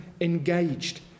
engaged